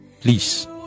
please